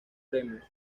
premios